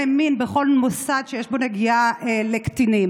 מין בכל מוסד שיש בו נגיעה לקטינים.